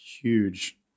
huge